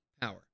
power